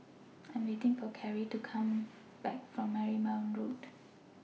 I Am waiting For Carey to Come Back from Marymount Road